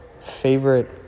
favorite